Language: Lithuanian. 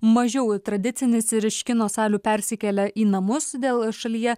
mažiau tradicinis ir iš kino salių persikelia į namus dėl šalyje